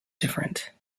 different